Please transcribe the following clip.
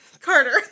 Carter